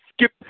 Skip